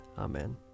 Amen